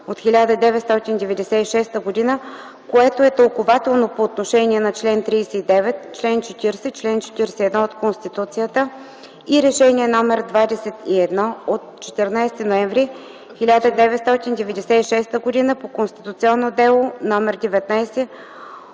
от 1996 г., което е тълкувателно по отношение на чл. 39, чл. 40 и чл. 41 от Конституцията, и Решение № 21 от 14 ноември 1996 г. по Конституционно дело № 19